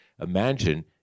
imagine